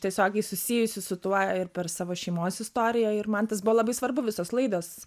tiesiogiai susijusi su tuo ir per savo šeimos istoriją ir man tas buvo labai svarbu visos laidos